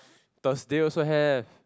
Thursday also have